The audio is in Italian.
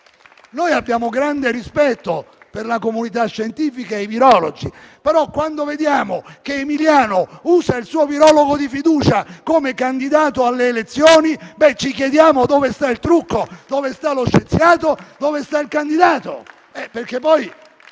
Abbiamo grande rispetto per la comunità scientifica e per i virologi, però quando vediamo che Emiliano usa il suo virologo di fiducia come candidato alle elezioni, beh, ci chiediamo dove sta il trucco, dove sta lo scienziato e dove il candidato.